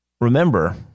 remember